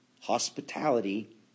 hospitality